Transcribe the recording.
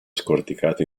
scorticato